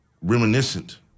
reminiscent